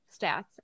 stats